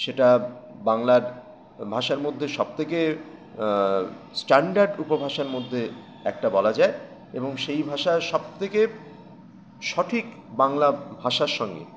সেটা বাংলার ভাষার মধ্যে সবথেকে স্ট্যান্ডার্ড উপভাষার মধ্যে একটা বলা যায় এবং সেই ভাষা সব থেকে সঠিক বাংলা ভাষার সঙ্গে